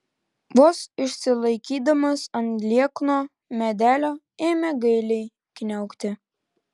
vos išsilaikydamas ant liekno medelio ėmė gailiai kniaukti